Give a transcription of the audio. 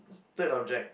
third object